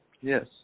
Yes